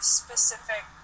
specific